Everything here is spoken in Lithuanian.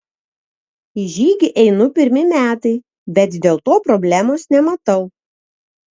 į žygį einu pirmi metai bet dėl to problemos nematau